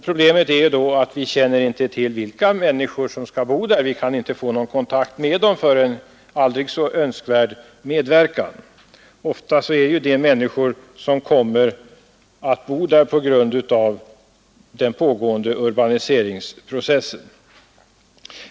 Problemet är då att vi inte känner till vilka människor som skall bo där; vi kan inte få någon kontakt med dem för en aldrig så önskvärd medverkan. Ofta är det människor som kommer att bo där på grund av den pågående urbaniseringsprocessen.